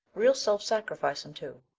real self-sacrificing, too,